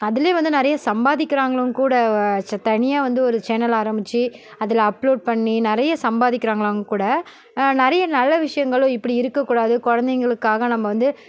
அதுலேயும் வந்து நிறைய சம்பாதிக்கிறாங்களோன்னு கூட ச தனியாக வந்து ஒரு சேனல் ஆரம்பித்து அதில் அப்லோட் பண்ணி நிறைய சம்பாதிக்கிறாங்களாங்கூட நிறைய நல்ல விஷயங்களும் இப்படி இருக்கக் கூடாது குழந்தைங்களுக்காக நம்ம வந்து